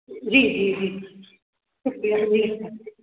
जी जी जी